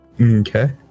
Okay